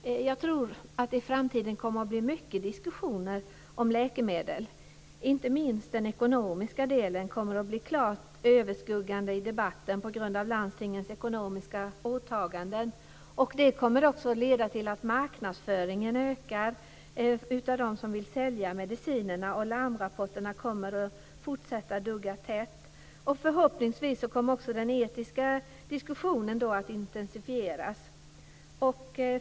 Jag tror att det i framtiden kommer att bli mycket diskussioner om läkemedel. Inte minst den ekonomiska delen kommer att bli klart överskuggande i debatten på grund av landstingens ekonomiska åtaganden. Det kommer också att leda till att marknadsföringen av dem som vill sälja medicinerna ökar, och larmrapporterna kommer att fortsätta att dugga tätt. Förhoppningsvis kommer också den etiska diskussionen att intensifieras.